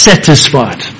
Satisfied